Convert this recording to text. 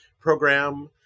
program